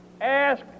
ask